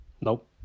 Nope